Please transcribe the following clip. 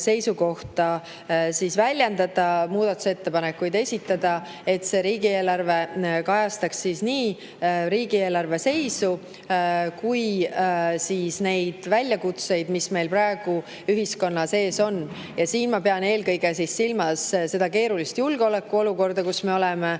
seisukohti väljendada, muudatusettepanekuid esitada, et see eelarve kajastaks nii riigieelarve seisu kui ka neid väljakutseid, mis meil praegu ühiskonnas on. Siin ma pean eelkõige silmas seda keerulist julgeolekuolukorda, kus me oleme,